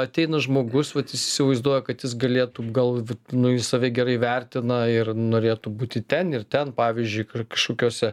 ateina žmogus vat jis įsivaizduoja kad jis galėtų gal vat nu jis save gerai vertina ir norėtų būti ten ir ten pavyzdžiui kur kažkokiose